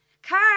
Car